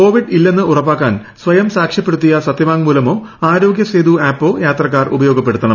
Covid ഇല്ലെന്ന് ഉറപ്പാക്കാൻ സ്വയം സാക്ഷ്യപ്പെടുത്തിയ സത്യവാങ്മൂലമോ ആരോഗ്യസേതു ആപ്പോ യാത്രക്കാർ ഉപയോഗപ്പെടുത്ത്ത്ണം